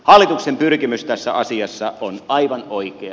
hallituksen pyrkimys tässä asiassa on aivan oikea